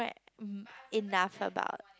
mm enough about